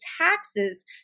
taxes